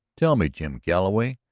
tell me, jim galloway,